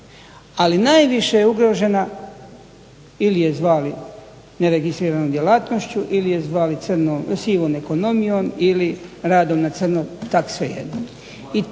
ali najviše je ugrožena ili je zvali neregistriranom djelatnošću ili je zvali sivom ekonomijom, ili radom na crnom, tako svejedno,